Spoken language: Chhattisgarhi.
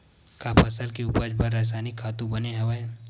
का फसल के उपज बर रासायनिक खातु बने हवय?